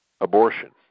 abortion